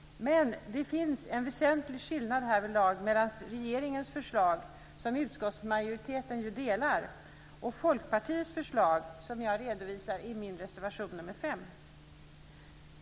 Men det finns en väsentlig skillnad härvidlag mellan regeringens förslag, som utskottsmajoriteten delar, och Folkpartiets förslag, som jag redovisar i min reservation nr 5.